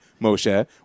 Moshe